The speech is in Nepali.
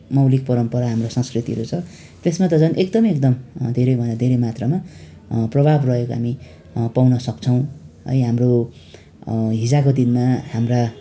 मौलिक परम्परा हाम्रो संस्कृतिहरू छ त्यसमा त झन् एकदमै एकदम धेरैभन्दा धेरै मात्रामा प्रभावा रहेको हामी पाउन सक्छौँ है हाम्रो हिजोका दिनमा हाम्रा